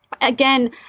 Again